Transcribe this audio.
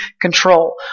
control